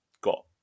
got